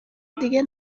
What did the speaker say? دیگه